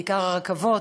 בעיקר הרכבות.